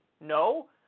No